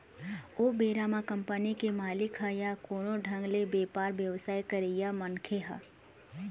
ओ बेरा म कंपनी के मालिक ह या कोनो ढंग ले बेपार बेवसाय करइया मनखे ह